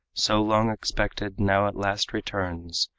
so long expected, now at last returns.